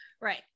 Right